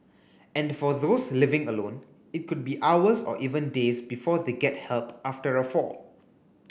and for those living alone it could be hours or even days before they get help after a fall